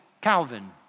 Calvin